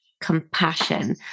compassion